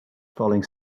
falling